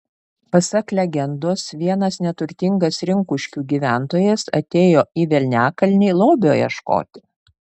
pasak legendos vienas neturtingas rinkuškių gyventojas atėjo į velniakalnį lobio ieškoti